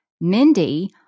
Mindy